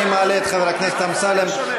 אני מעלה את חבר הכנסת אמסלם,